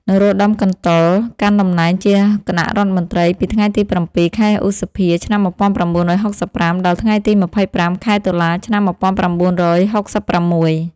នរោត្តម កន្តុល កាន់តំណែងជាគណៈរដ្ឋមន្ត្រីពីថ្ងៃទី ៧ ខែឧសភា ឆ្នាំ១៩៦៥ ដល់ថ្ងៃទី ២៥ ខែតុលា ឆ្នាំ១៩៦៦។